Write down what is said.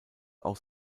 auch